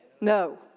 No